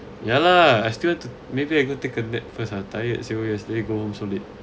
ya lah I still want to maybe I go take a nap first ah tired seriously go home so late